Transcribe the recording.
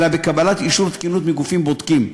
אלא בקבלת אישור תקינות מגופים בודקים,